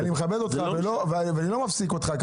אני מכבד אותך ואני לא מפסיק אותך,